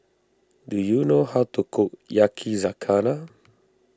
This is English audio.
do you know how to cook Yakizakana